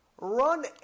run